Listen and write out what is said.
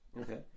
Okay